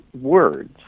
words